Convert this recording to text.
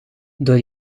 voor